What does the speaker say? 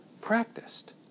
practiced